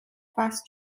fast